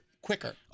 quicker